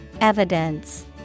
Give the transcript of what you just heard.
Evidence